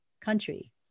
country